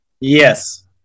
yes